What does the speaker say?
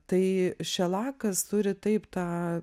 tai šelakas turi taip tą